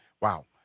Wow